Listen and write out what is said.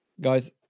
guys